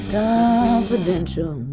confidential